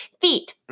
Feet